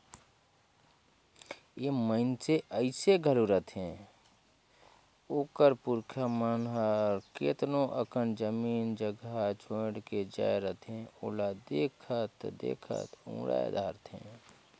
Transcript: ए मइनसे अइसे घलो रहथें ओकर पुरखा मन हर केतनो अकन जमीन जगहा छोंएड़ के जाए रहथें ओला देखत देखत उड़ाए धारथें